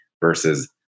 versus